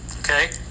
okay